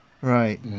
Right